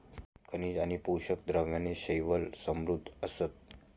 खनिजे आणि पोषक द्रव्यांनी शैवाल समृद्ध असतं